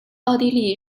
奥地利